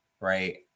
right